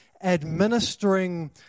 administering